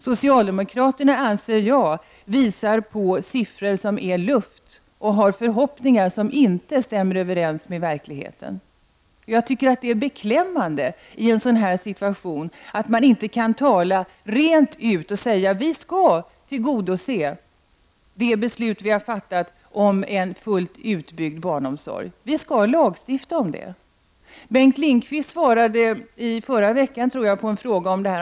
Socialdemokraterna visar siffror som är luft, anser jag, och har förhoppningar som inte stämmer överens med verkligheten. Jag tycker att det är beklämmande att man i en sådan här situation inte kan tala rent ut och säga: Vi skall tillgodose det beslut som vi har fattat om en fullt utbyggd barnomsorg. Vi skall lagstifta om det. Bengt Lindqvist svarade i förra veckan på en fråga om detta.